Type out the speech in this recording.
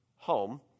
home